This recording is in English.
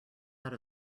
out